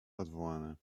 odwołane